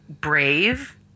brave